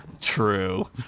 True